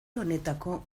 honetako